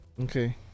Okay